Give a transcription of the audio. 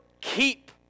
keep